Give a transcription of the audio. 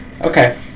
Okay